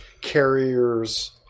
carriers